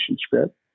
script